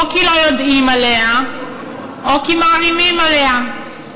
או כי לא יודעים עליה או כי מעלימים לגביה.